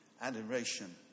adoration